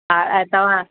तव्हां